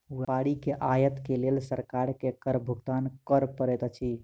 व्यापारी के आयत के लेल सरकार के कर भुगतान कर पड़ैत अछि